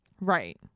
Right